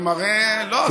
זה מראה שהאנשים,